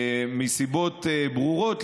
מסיבות ברורות,